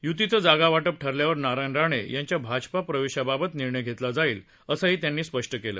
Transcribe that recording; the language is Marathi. य्तीचं जागावाटप ठरल्यावर नारायण राणे यांच्या भाजपा प्रवेशाबाबत निर्णय घेतला जाईल असं त्यांनी स्पष्ट केलं